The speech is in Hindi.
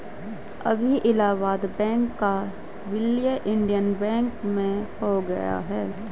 अभी इलाहाबाद बैंक का विलय इंडियन बैंक में हो गया है